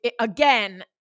again